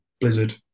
Blizzard